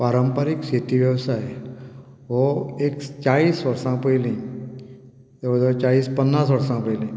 पारंपारीक शेती वेवसाय हो एक चाळीस वर्सां पयलीं जवळ जवळ चाळीस पन्नास वर्सां पयलीं